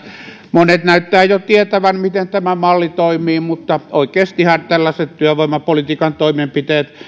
monet näyttävät jo tietävän miten tämä malli toimii mutta oikeastihan tällaiset työvoimapolitiikan toimenpiteet